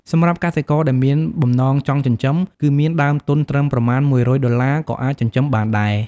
សម្រាប់កសិករដែលមានបំណងចង់ចិញ្ចឹម គឺមានដើមទុនត្រឹមប្រមាណ១០០ដុល្លារ ក៏អាចចិញ្ចឹមបានដែរ។